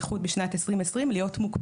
בחלק